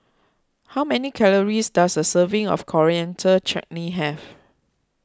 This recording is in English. how many calories does a serving of Coriander Chutney have